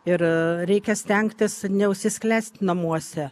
ir reikia stengtis neužsisklęst namuose